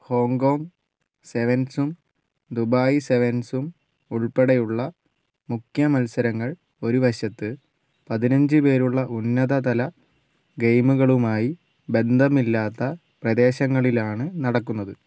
Hong Kong സെവൻസും Dubai സെവൻസും ഉള്പ്പടെയുള്ള മുഖ്യ മത്സരങ്ങള് ഒരു വശത്ത് പതിനഞ്ച് പേരുള്ള ഉന്നത തല ഗെയിമുകളുമായി ബന്ധമില്ലാത്ത പ്രദേശങ്ങളിലാണ് നടക്കുന്നത്